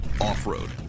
off-road